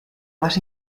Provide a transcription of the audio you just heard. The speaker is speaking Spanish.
más